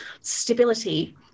stability